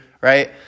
right